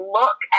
look